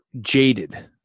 jaded